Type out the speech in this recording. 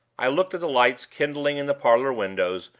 i looked at the lights kindling in the parlor windows,